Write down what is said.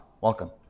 Welcome